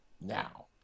now